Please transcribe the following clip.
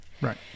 Right